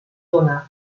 dóna